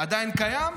עדיין קיים?